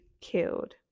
killed